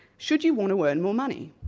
should you want to earn more money?